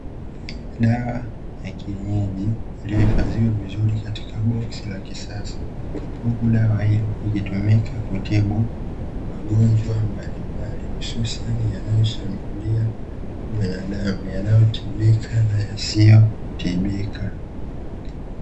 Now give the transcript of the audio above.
Dawa ya kienyeji iliyohifadhiwa vizuri katika boksi la kisasa, huku dawa hiyo ikitumika kutibu magonjwa mbalimbali hususani yanayoshambulia binadamu; yanayotibika na yasiyotibika.